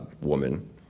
woman